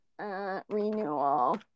renewal